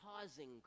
causing